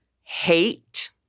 hate